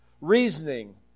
Reasoning